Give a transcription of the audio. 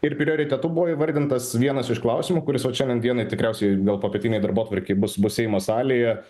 ir prioritetu buvo įvardintas vienas iš klausimų kuris vat šiandien dienai tikriausiai gal popietinėj darbotvarkėj bus bus seimo salėje